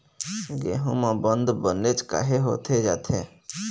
गेहूं म बंद बनेच काहे होथे जाथे?